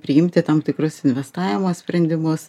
priimti tam tikrus investavimo sprendimus